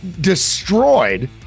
destroyed